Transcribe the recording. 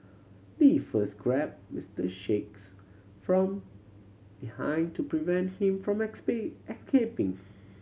Lee first grabbed Mister Sheikh's from behind to prevent him from escaping